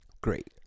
Great